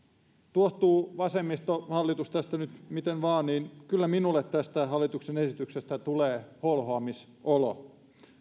tuohtuu vasemmistohallitus tästä nyt miten vain niin kyllä minulle tästä hallituksen esityksestä tulee holhoamisolo